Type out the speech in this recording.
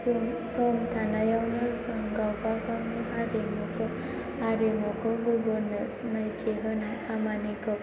जों सम थानायावनो जों गावबागावनि हारिमुखौ आरिमुखौ गुबुननो सिनायथि होनाय खामानिखौ